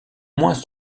moins